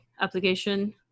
application